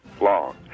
long